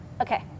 okay